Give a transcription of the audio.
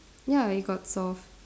ya it got solved